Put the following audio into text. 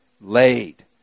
laid